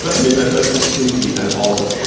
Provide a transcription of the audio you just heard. but i mean, that that seems to be kind of all of us.